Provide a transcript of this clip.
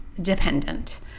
dependent